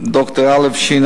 ד"ר א"ש,